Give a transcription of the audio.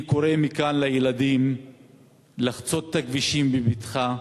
אני קורא מכאן לילדים לחצות את הכבישים בבטחה.